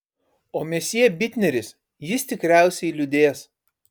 o mesjė bitneris jis tikriausiai liūdės